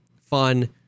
fun